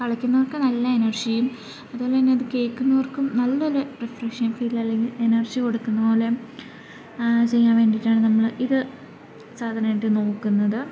കളിക്കുന്നവർക്കു നല്ല എനർജിയും അതുപോലെ തന്നെ അതു കേൾക്കുന്നവർക്കും നല്ലൊരു റിഫ്രഷിങ് ഫീൽ അല്ലെങ്കിൽ എനർജി കൊടുക്കുന്നതു പോലെയും ചെയ്യാൻ വേണ്ടിയിട്ടാണ് നമ്മൾ ഇതു സാധാരണയായിട്ടു നോക്കുന്നത്